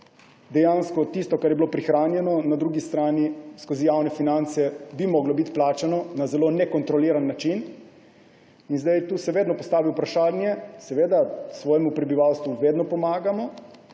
dejansko tisto, kar je bilo prihranjeno, na drugi strani skozi javne finance plačano na zelo nekontroliran način. Tu se vedno postavi vprašanje. Seveda svojemu prebivalstvu vedno pomagamo,